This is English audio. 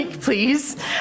please